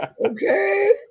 Okay